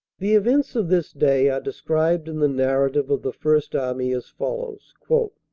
the events of this day are described in the narrative of the first army as follows